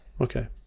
okay